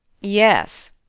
Yes